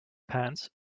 pants